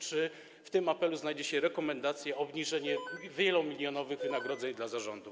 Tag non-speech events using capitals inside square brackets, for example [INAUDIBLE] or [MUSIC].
Czy w tym apelu znajdzie się rekomendacja obniżenia wielomilionowych [NOISE] wynagrodzeń dla zarządów?